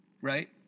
right